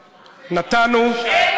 אוה,